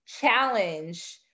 challenge